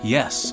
Yes